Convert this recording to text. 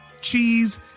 cheese